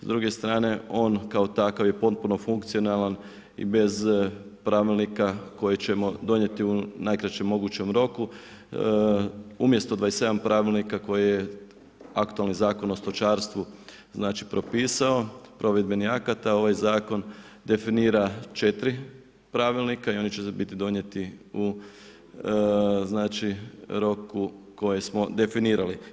S druge strane, on kao takav je potpuno funkcionalan i bez pravilnika, koji ćemo donijeti u najkraćem mogućem roku, umjesto 27 pravilnika, koji aktualni zakon o stočarstvu propisao, provedbenih akata, ovaj zakon definira 4 pravilnika i oni će biti donijeti u roku koji smo definirali.